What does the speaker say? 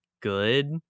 good